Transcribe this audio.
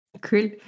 Cool